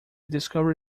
discovery